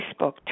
Facebook